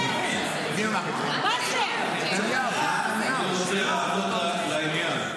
אני רוצה לענות לעניין.